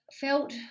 felt